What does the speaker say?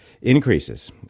increases